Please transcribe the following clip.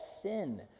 sin